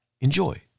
Enjoy